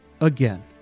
again